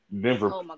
Denver